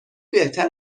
بهتر